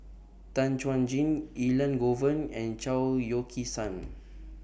Tan Chuan Jin Elangovan and Chao Yoke San